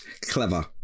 Clever